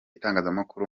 itangazamakuru